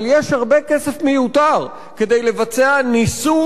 אבל יש הרבה כסף מיותר כדי לבצע ניסור